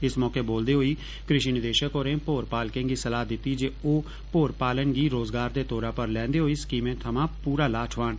इस मौके बोलदे होई कृषि निदेशक होरें भोर पालकें गी सलाह दित्ती जे ओ भोर पालन गी रोज़गार दे तोरा पर लैन्दे होई स्कीमै थ्मां पूरा लाह ठोआन